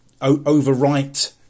overwrite